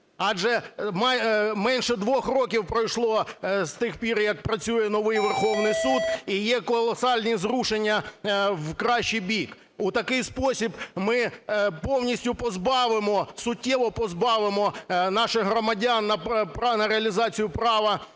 Адже менше 2 років пройшло з тих пір, як працює новий Верховний Суд, і є колосальні зрушення в кращий бік. У такий спосіб ми повністю позбавимо, суттєво позбавимо наших громадян на реалізацію права